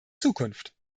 zukunft